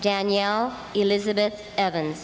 danielle elizabeth evan